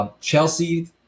Chelsea